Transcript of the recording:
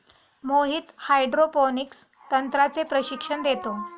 Mohit hydroponics तंत्राचे प्रशिक्षण देतो